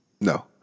no